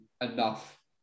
enough